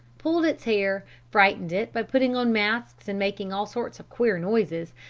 pulled its hair, frightened it by putting on masks and making all sorts of queer noises,